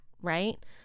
right